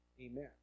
Amen